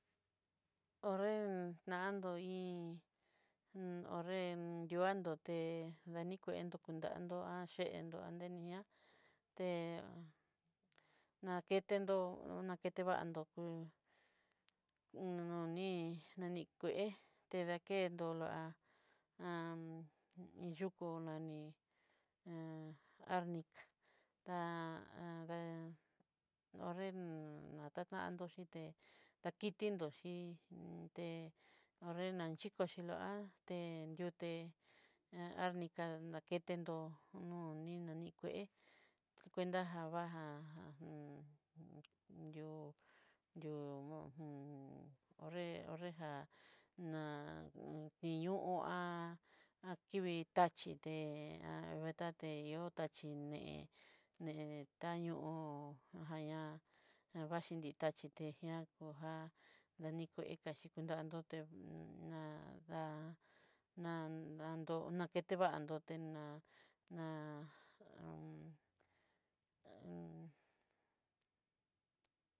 Ho'nré nando iin ho'nré yuandó té yanikuentó kotandó endó adeni'ía, té nakenró naketevanndó noni nanikué tedakendó'a kú naní niká ta ho'nré natatan'nró xhité takindito xhíi te ho'nré ná na xhiko xhiko xhilo'a té nriuté, arnika naketenró noni na ni kué, cuenta javajá ajan yi'o yo'o ho'nré nrejá ná tiño'oá kivi tachí té, tate yo'o taxhíí né'e né taño'ó hó aja ñá ñavaxhi ni taxhii té ñakojá, danikoeká xhí nandoté na- da nandó naketevandoté na- na.